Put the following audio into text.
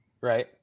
Right